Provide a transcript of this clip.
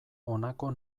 honako